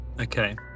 Okay